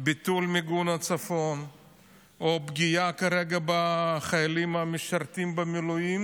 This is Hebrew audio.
ביטול מיגון הצפון או פגיעה כרגע בחיילים המשרתים במילואים,